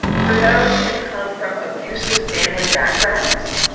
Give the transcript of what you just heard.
for those who've come from abusive family backgrounds,